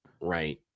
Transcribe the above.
Right